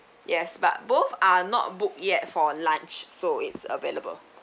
yes but both are not booked yet for lunch so it's available